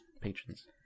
Patrons